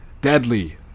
deadly